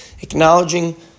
acknowledging